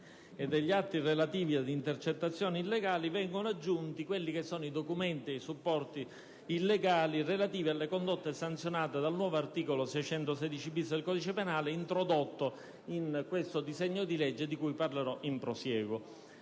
e degli atti relativi ad intercettazioni illegali, vengono aggiunti i documenti e i supporti illegali relativi alle condotte sanzionate dal nuovo articolo 616*-bis* del codice penale introdotto nel disegno di legge in esame, di cui tratterò nel prosieguo.